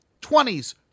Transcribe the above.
20s